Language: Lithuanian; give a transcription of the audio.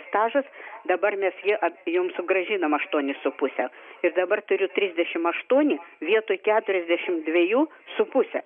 stažas dabar mes jį jums sugrąžinam aštuonis su puse ir dabar turiu trisdešimt aštuoni vietoj keturiasdešimt dvejų su puse